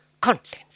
content